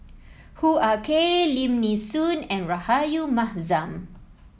Hoo Ah Kay Lim Nee Soon and Rahayu Mahzam